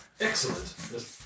excellent